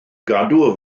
gadw